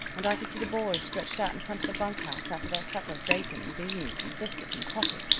and i could see the boys stretched out in front of the bunk house after their supper of bacon, and beans, and biscuit, and coffee.